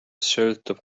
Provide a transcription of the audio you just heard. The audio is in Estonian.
sõltub